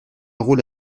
rôle